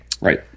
Right